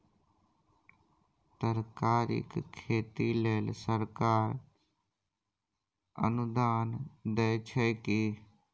तरकारीक खेती लेल सरकार अनुदान दै छै की?